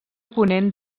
ponent